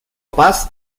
paz